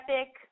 epic